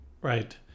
right